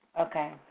Okay